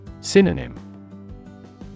Synonym